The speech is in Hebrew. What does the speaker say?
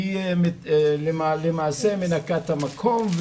היא למעשה מנקה את המקום,